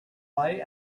play